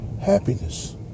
happiness